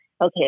okay